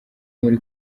muri